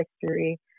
history